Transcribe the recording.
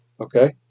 Okay